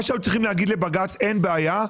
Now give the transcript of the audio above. מה שהיו צריכים לומר לבג"ץ שאין בעיה,